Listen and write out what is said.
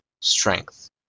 strength